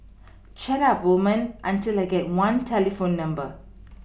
chat up women until I get one telephone number